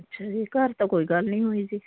ਅੱਛਿਆ ਜੀ ਘਰ ਤਾਂ ਕੋਈ ਗੱਲ ਨਹੀਂ ਹੋਈ ਜੀ